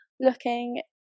looking